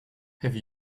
have